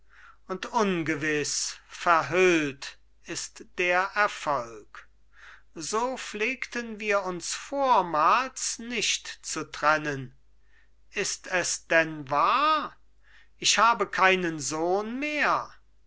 und ungewiß verhüllt ist der erfolg so pflegten wir uns vormals nicht zu trennen ist es denn wahr ich habe keinen sohn mehr